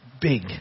big